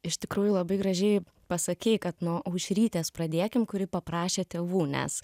iš tikrųjų labai gražiai pasakei kad nuo aušrytės pradėkim kuri paprašė tėvų nes